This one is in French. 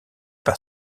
par